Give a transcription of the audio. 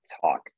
talk